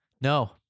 No